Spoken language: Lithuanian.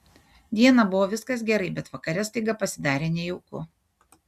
dieną buvo viskas gerai bet vakare staiga pasidarė nejauku